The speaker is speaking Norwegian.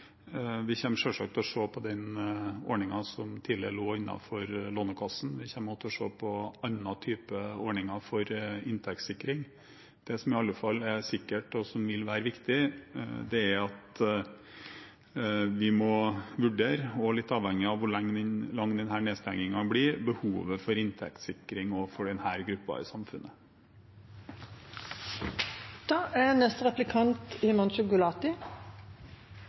tidligere lå innenfor Lånekassen, og vi kommer også til å se på andre typer ordninger for inntektssikring. Det som iallfall er sikkert og vil være viktig, er at vi må vurdere – også litt avhengig av hvor lang denne nedstengingen blir – behovet for inntektssikring også for denne gruppen i samfunnet. I likhet med forrige replikant